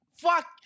Fuck